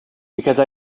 because